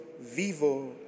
vivo